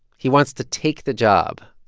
he wants to take the job,